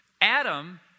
Adam